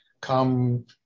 come